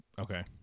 Okay